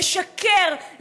לשקר,